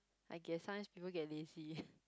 I guess sometimes people get lazy